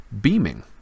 beaming